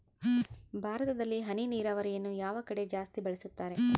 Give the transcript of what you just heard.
ಭಾರತದಲ್ಲಿ ಹನಿ ನೇರಾವರಿಯನ್ನು ಯಾವ ಕಡೆ ಜಾಸ್ತಿ ಬಳಸುತ್ತಾರೆ?